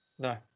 No